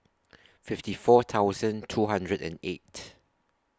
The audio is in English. fifty four thousand two hundred and eight